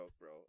bro